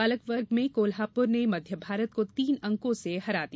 बालक वर्ग में कोल्हापुर ने मध्य भारत को तीन अंकों से हरा दिया